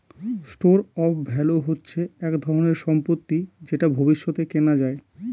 store of value হচ্ছে এক ধরনের সম্পত্তি যেটা ভবিষ্যতে কেনা যায়